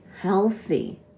healthy